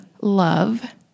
love